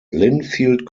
linfield